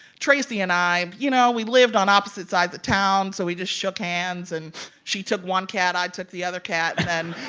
tracy and i, you know, we lived on opposite sides of town, so we just shook hands. and she took one cat. i took the other cat. and then.